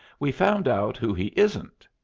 we've found out who he isn't.